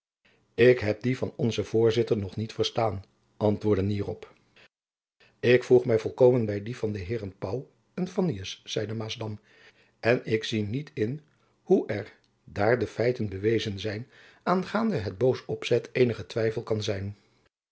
ik heb die van onzen voorzitter nog niet verstaan antwoordde nierop ik voeg my volkomen by die van de heeren pauw en fannius zeide maasdam en ik zie niet in hoe er daar de feiten bewezen zijn aangaande het boos opzet eenige twijfel zijn